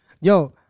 yo